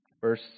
Verse